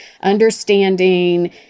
understanding